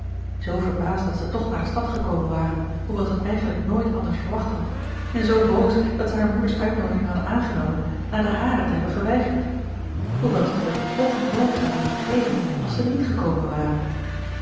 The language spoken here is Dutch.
zoo verbaasd dat ze toch naar de stad gekomen waren hoewel ze t eigenlijk nooit anders verwacht had en zoo boos dat ze haar moeder's uitnoodiging hadden aangenomen na de hare te hebben geweigerd hoewel ze t hun tch nooit zou hebben vergeven als ze niet gekomen waren